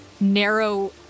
narrow